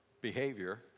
behavior